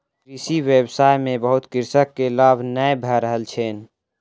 कृषि व्यवसाय में बहुत कृषक के लाभ नै भ रहल छैन